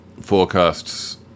forecasts